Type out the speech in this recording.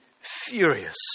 furious